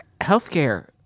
healthcare